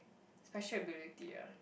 special ability ah